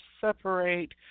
separate